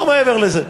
לא מעבר לזה.